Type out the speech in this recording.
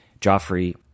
Joffrey